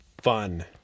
Fun